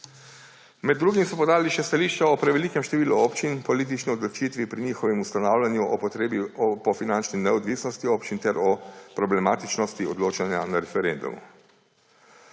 Med drugim so podali še stališča o prevelikem številu občin in politični odločitvi pri njihovem ustanavljanju, o potrebi po finančni neodvisnosti občin ter o problematičnosti odločanja na referendumu.